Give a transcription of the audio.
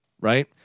right